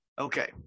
Okay